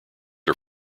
are